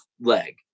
leg